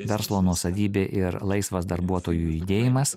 verslo nuosavybė ir laisvas darbuotojų judėjimas